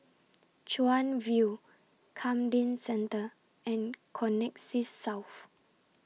Chuan View Camden Centre and Connexis South